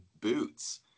boots